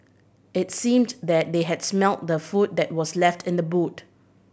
it seemed that they had smelt the food that was left in the boot